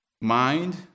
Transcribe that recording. mind